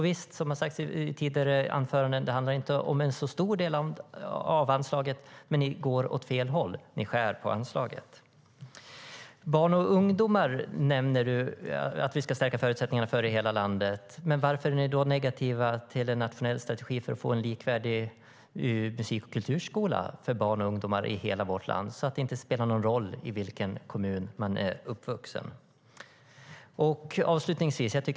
Visst har det i tidigare anföranden sagts att det inte handlar om en så stor del av anslaget, men ni går åt fel håll. Ni skär ned på anslaget. Per Lodenius nämner att vi ska stärka förutsättningarna för barn och ungdomar i hela landet. Men varför är ni negativa till en nationell strategi för att få en likvärdig musik och kulturskola för barn och ungdomar i hela vårt land så att det inte spelar någon roll i vilken kommun man är uppvuxen?